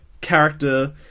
character